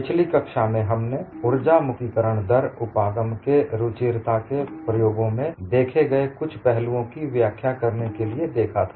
पिछली कक्षा में हमने उर्जा मुक्तिकरण दर उपागम के रुचिरता को प्रयोगों में देखे गए कुछ पहलुओं की व्याख्या करने के लिए देखा था